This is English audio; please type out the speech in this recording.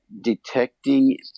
detecting